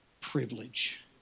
privilege